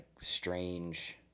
strange